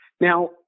Now